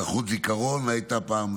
אזרחות זיכרון הייתה פעם,